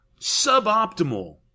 suboptimal